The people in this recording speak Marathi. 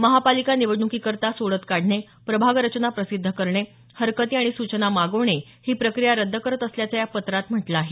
महापालिका निवडण्कीकरता सोडत काढणे प्रभागरचना प्रसिद्ध करणे हरकती आणि सूचना मागवणे ही प्रक्रिया रद्द करत असल्याचं या पत्रात म्हटलं आहे